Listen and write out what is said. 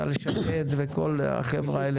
טל שקד וכל החבר'ה האלה.